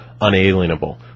unalienable